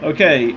Okay